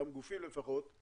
אותם גופים לפחות.